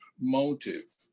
motive